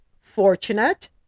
fortunate